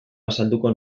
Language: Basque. azalduko